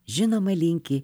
žinoma linki